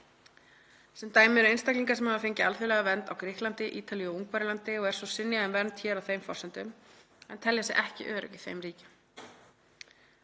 sem dæmi eru einstaklingar sem hafa fengið alþjóðlega vernd á Grikklandi, Ítalíu og Ungverjalandi og er synjað um vernd hér á þeim forsendum, en telja sig ekki örugg í þeim ríkjum.